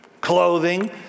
clothing